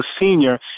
senior